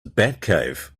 batcave